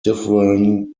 differing